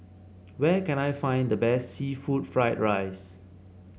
where can I find the best seafood Fried Rice